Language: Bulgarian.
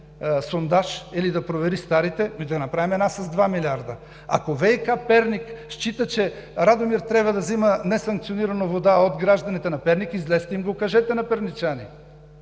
сондаж или да провери старите, ами да направим една с 2 милиарда. Ако ВиК – Перник счита, че Радомир трябва да взема несанкционирано вода от гражданите на град Перник, излезте и им го кажете на перничани.